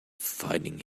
fighting